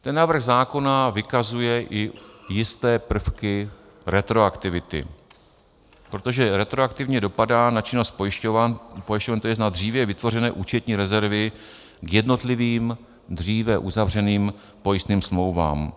Ten návrh zákona vykazuje i jisté prvky retroaktivity, protože retroaktivně dopadá na činnost pojišťoven, to jest na dříve vytvořené účetní rezervy k jednotlivým dříve uzavřeným pojistným smlouvám.